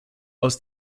aus